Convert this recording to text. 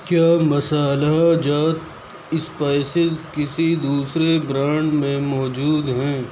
کیا مصالحہ جات اسپائسز کسی دوسرے برانڈ میں موجود ہیں